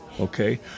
okay